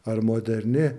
ar moderni